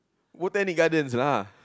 Botanic Gardens lah